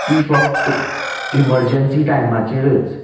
तीं फक्त इमरजंसी टायमाचेरच